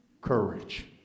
courage